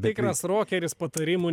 tikras rokeris patarimų ne